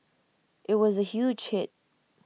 IT was A huge hit